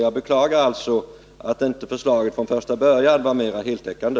Jag beklagar alltså att förslaget inte från första början var mer heltäckande.